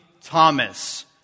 Thomas